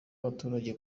abaturage